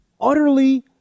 utterly